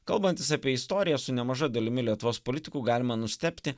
kalbantis apie istoriją su nemaža dalimi lietuvos politikų galima nustebti